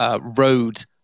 road